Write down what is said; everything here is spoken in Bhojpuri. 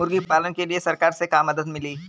मुर्गी पालन के लीए सरकार से का मदद मिली?